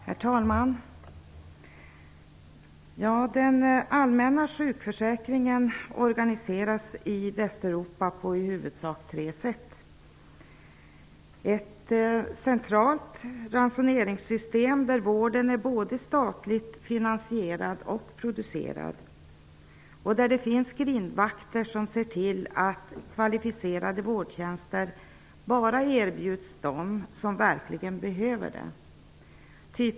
Herr talman! Den allmänna sjukförsäkringen organiseras i Västeuropa på i huvudsak tre sätt. Ett sätt är ett centralt ransoneringssystem, där vården är både statligt finansierad och statligt producerad och där det finns grindvakter som ser till att kvalificerade vårdtjänster bara erbjuds dem som verkligen behöver det.